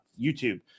YouTube